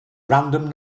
random